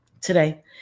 today